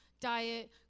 diet